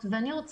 האם זה כך